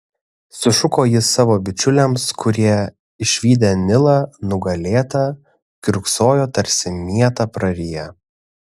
sušuko jis savo bičiuliams kurie išvydę nilą nugalėtą kiurksojo tarsi mietą prariję